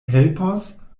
helpos